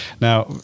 Now